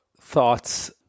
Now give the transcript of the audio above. thoughts